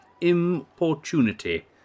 importunity